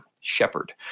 shepherd